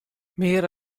mear